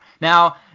Now